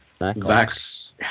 Vax